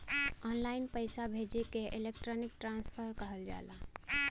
online पइसा भेजे के इलेक्ट्रानिक ट्रांसफर कहल जाला